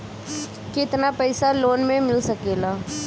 केतना पाइसा लोन में मिल सकेला?